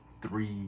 three